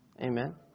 amen